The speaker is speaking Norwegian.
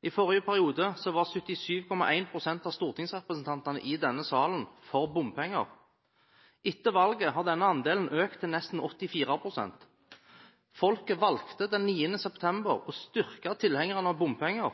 I forrige periode var 77,1 pst. av stortingsrepresentantene i denne salen for bompenger. Etter valget har denne andelen økt til nesten 84 pst. Den 9. september valgte folket å styrke tilhengerne av bompenger,